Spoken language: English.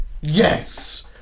yes